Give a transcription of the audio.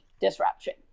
disruption